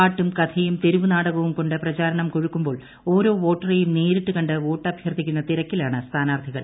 പാട്ടും കഥയും തെരുവ് നാടകവും കൊണ്ട് പ്രചാരണം കൊഴുക്കുമ്പോൾ ഓരോ വോട്ടറെയും നേരിട്ട് കണ്ട് വോട്ടഭ്യർഥിക്കുന്ന തിരക്കിലാണ് സ്ഥാനാർഥികൾ